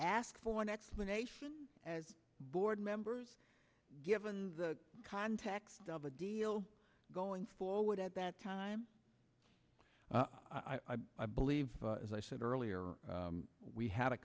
ask for an explanation as board members given the context of a deal going forward at that time i believe as i said earlier we had a